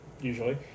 usually